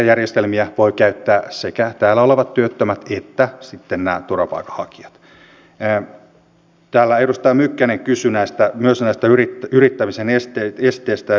valiokunta toteaakin että lääketieteelliseen yliopistotasoiseen tutkimukseen osoitetun rahoituksen jo vuosia kestänyt jatkuva väheneminen aiheuttaa uhan tutkimuksen tason laskusta